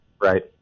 right